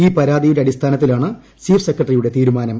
ഈ പരാതിയുടെ അടിസ്ഥാനത്തിലാണ് ചീഫ് സെക്രട്ടറിയുടെ തീരുമാനം